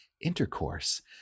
intercourse